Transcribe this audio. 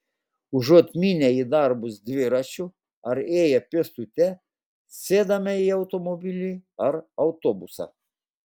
užuot mynę į darbus dviračiu ar ėję pėstute sėdame į automobilį ar autobusą